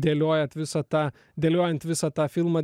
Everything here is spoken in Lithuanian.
dėliojat visą tą dėliojant visą tą filmą